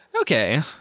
Okay